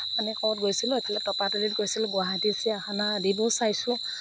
মানে ক'ত গৈছিলোঁ এইফালে তপাতলিত গৈছিলোঁ গুৱাহাটী চিৰিয়াখানা আদিবোৰ চাইছোঁ